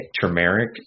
turmeric